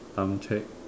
sound check